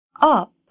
up